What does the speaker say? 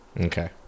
Okay